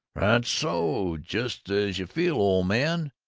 so. just as you feel, old man.